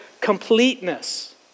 completeness